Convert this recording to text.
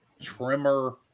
trimmer